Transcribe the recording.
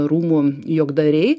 rūmų juokdariai